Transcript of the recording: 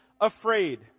afraid